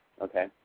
okay